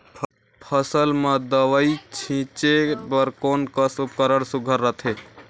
फसल म दव ई छीचे बर कोन कस उपकरण सुघ्घर रथे?